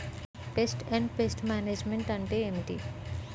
Pest మరియు pest management అంటే ఏమిటి?